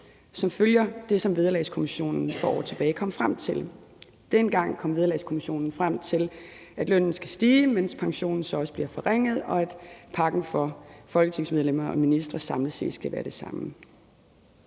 som følger det, som Vederlagskommissionen for år tilbage kom frem til. Dengang kom Vederlagskommissionen frem til, at lønnen skal stige, mens pensionen så bliver forringet, og at pakken for folketingsmedlemmer og ministre samlet set skal være den samme.